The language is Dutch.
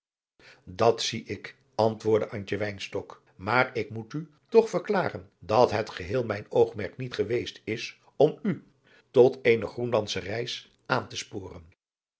dat zie ik antwoordde antje wynstok maar ik moet u toch verklaren dat het geheel mijn oogmerk niet geweest is om u tot eene groenlandsche reis aan te sporen